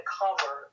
cover